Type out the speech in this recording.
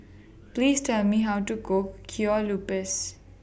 Please Tell Me How to Cook Kueh Lupis